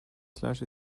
slash